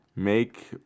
Make